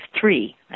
three